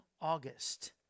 August